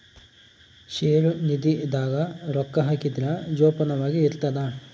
ಷೇರು ನಿಧಿ ದಾಗ ರೊಕ್ಕ ಹಾಕಿದ್ರ ಜೋಪಾನವಾಗಿ ಇರ್ತದ